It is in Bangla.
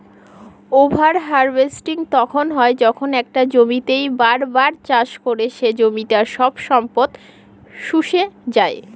ওভার হার্ভেস্টিং তখন হয় যখন একটা জমিতেই বার বার চাষ করে সে জমিটার সব সম্পদ শুষে যাই